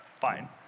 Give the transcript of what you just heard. Fine